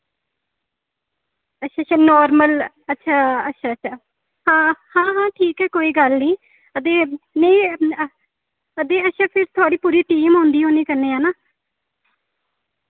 अच्छा अच्छा नार्मल अच्छा अच्छा अच्छा हां हां हां ठीक ऐ कोई गल्ल नि हां ते नेईं हां ते अच्छा फिर थुआढ़ी पूरी टीम होंदी होनी कन्नै हैना